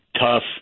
tough